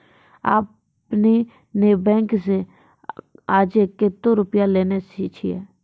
आपने ने बैंक से आजे कतो रुपिया लेने छियि?